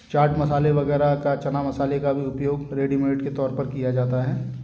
चाट मसाले वग़ैरह का चना मसाले का भी उपयोग रेडीमेड के तौर पर किया जाता है